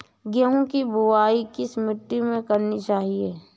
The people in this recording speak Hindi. गेहूँ की बुवाई किस मिट्टी में करनी चाहिए?